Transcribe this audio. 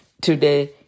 Today